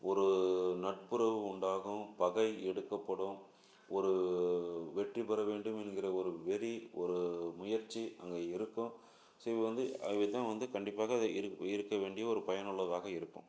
ஒரு நட்புறவு உண்டாகும் பகை எடுக்கப்படும் ஒரு வெற்றிப்பெற வேண்டும் என்கிற ஒரு வெறி ஒரு முயற்சி அங்கே இருக்கும் ஸோ இப்போ வந்து அதுவே தான் வந்து கண்டிப்பாக அது இரு இருக்க வேண்டிய ஒரு பயனுள்ளதாக இருக்கும்